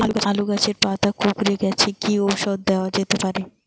আলু গাছের পাতা কুকরে গেছে কি ঔষধ দেওয়া যেতে পারে?